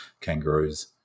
Kangaroos